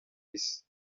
isi